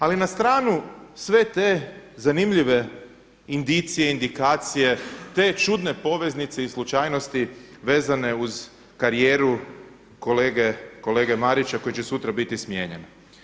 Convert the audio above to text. Ali na stranu sve te zanimljive indicije, indikacije te čudne poveznice i slučajnosti vezane uz karijeru kolege Marića koji će sutra biti smijenjen.